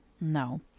No